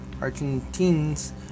Argentines